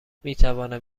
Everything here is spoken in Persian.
میتوانم